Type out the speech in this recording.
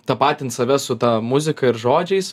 tapatint save su ta muzika ir žodžiais